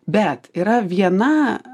bet yra viena